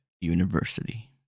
University